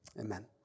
Amen